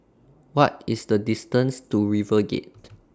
What IS The distance to River Gate